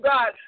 God